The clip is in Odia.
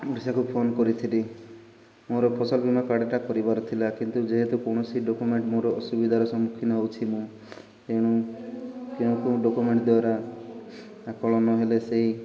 ଓଡ଼ିଶାକୁ ଫୋନ୍ କରିଥିଲି ମୋର ଫସଲ ବୀମା କାର୍ଡ଼ଟା କରିବାର ଥିଲା କିନ୍ତୁ ଯେହେତୁ କୌଣସି ଡକ୍ୟୁମେଣ୍ଟ ମୋର ଅସୁବିଧାର ସମ୍ମୁଖୀନ ହେଉଛି ମୁଁ ତେଣୁ କେଉଁ କେଉଁ ଡକ୍ୟୁମେଣ୍ଟ ଦ୍ୱାରା ଆକଳନ ହେଲେ ସେଇ